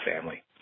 family